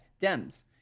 Dems